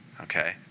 okay